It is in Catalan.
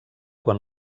quan